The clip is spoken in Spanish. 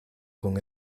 con